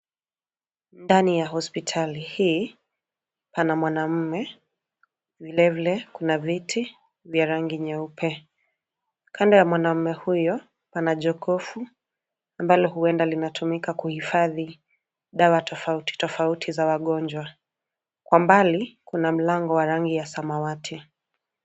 Ndani ya hospitali hii pana mwanamume, vilevile kuna viti vya rangi nyeupe. Kando ya mwanaume huyo kuna jokofu ambalo huenda linatumika kuhifadhi dawa tofauti tofauti za wagonjwa. Kwa mbali kuna mlango wa rangi ya samawati.